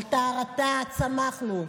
על טהרתה צמחנו,